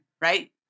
right